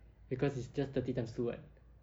because it's just thirty times two [what]